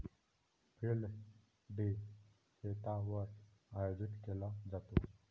field day शेतावर आयोजित केला जातो